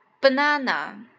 banana